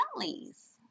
families